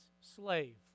slave